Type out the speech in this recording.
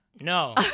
No